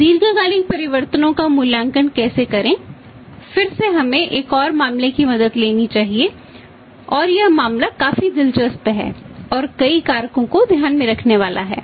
तो दीर्घकालिक परिवर्तनों का मूल्यांकन कैसे करें फिर से हमें एक और मामले की मदद लेनी चाहिए और यह मामला काफी दिलचस्प है और यह कई कारकों को ध्यान में रखने वाला है